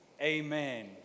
amen